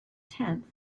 tenth